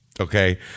okay